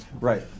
Right